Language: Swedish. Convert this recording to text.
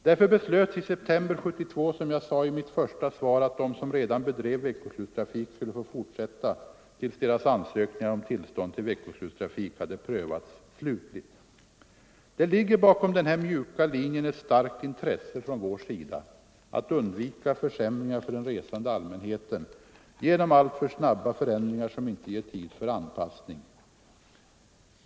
Därför beslöts i september 1972, som jag sade i mitt skriftliga svar, att de som redan bedrev veckoslutstrafik skulle få fortsätta till dess att ansökningarna om tillstånd till trafiken hade prövats slutligt. Bakom den här mjuka linjen ligger ett starkt intresse från vår sida att undvika en försämring för den resande allmänheten genom alltför snabba förändringar som inte ger tid för anpassning.